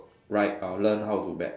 write uh learn how to bet